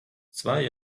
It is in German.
zwei